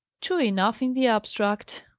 true enough in the abstract.